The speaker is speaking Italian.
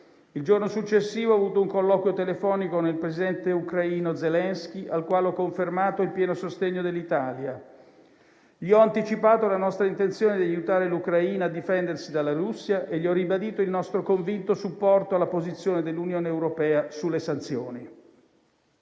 Il giorno successivo ho avuto un colloquio telefonico con il presidente ucraino Zelensky, al quale ho confermato il pieno sostegno dell'Italia. Gli ho anticipato la nostra intenzione di aiutare l'Ucraina a difendersi dalla Russia e ribadito il nostro convinto supporto alla posizione dell'Unione europea sulle sanzioni.